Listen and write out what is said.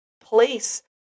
place